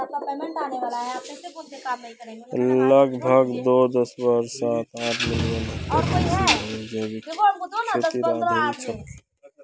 लगभग दो दश्मलव साथ आठ मिलियन हेक्टेयर कृषि भूमि जैविक खेतीर अधीन छेक